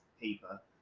paper